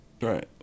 Right